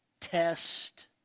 test